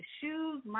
shoes